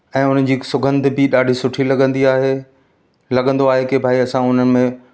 ऐं उनजी सुगंध बि ॾाढी सुठी लगंदी आहे लगंदो आहे की भई असां हुनमें